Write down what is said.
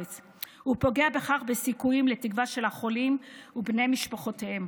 ופוגע בכך בסיכויים לתקווה של החולים ובני משפחותיהם.